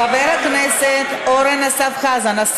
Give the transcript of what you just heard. חבר הכנסת אורן אסף חזן,